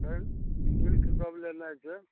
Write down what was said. अखन सिल्क सब लेनाइ छै